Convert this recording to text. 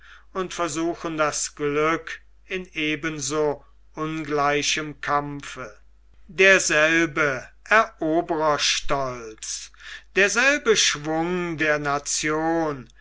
und versuchen das glück in eben so ungleichem kampfe derselbe erobererstolz derselbe schwung der nation